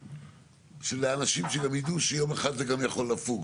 אופק של אנשים שידעו שיום אחד זה יכול לפוג.